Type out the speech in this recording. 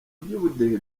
by’ubudehe